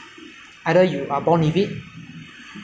there is a given ah given through by your parents